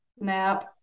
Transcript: nap